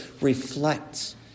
reflects